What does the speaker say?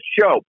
show